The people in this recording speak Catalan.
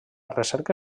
recerca